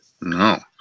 no